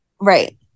Right